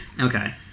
Okay